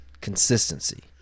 consistency